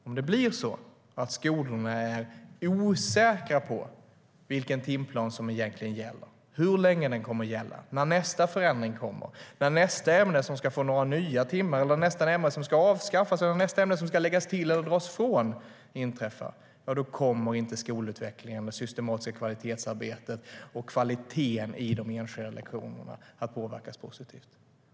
Om det blir så att skolorna är osäkra på vilken timplan som egentligen gäller, hur länge den kommer att gälla, när nästa förändring kommer, när nästa ämne ska få några nya timmar, när nästa ämne ska avskaffas, när nästa ämne ska läggas till eller dras ifrån, då kommer inte skolutvecklingen med systematiskt kvalitetsarbete och kvaliteten i de enskilda lektionerna att påverkas positivt.